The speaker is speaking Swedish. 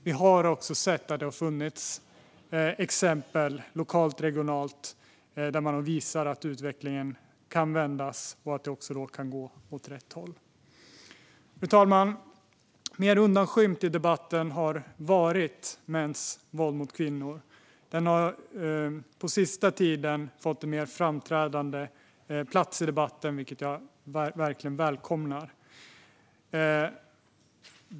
Vi har också sett att det har funnits exempel lokalt och regionalt där man har visat att utvecklingen kan vändas och att det kan gå åt rätt håll. Fru talman! Mer undanskymt i debatten har mäns våld mot kvinnor varit. Men den senaste tiden har det fått en mer framträdande plats i debatten, vilket jag verkligen välkomnar.